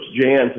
Jans